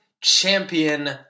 champion